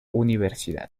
universidad